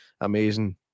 amazing